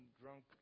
drunk